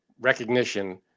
recognition